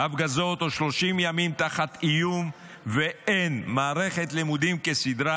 הפגזות או 30 ימים תחת איום ואין מערכת לימודים כסדרה,